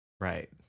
Right